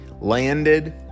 landed